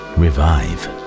revive